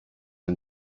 and